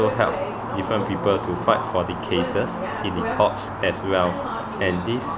help different people to fight for the cases in the courts as well and this